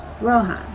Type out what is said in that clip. Rohan